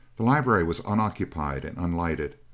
the library was unoccupied and unlighted,